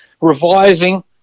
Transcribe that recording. revising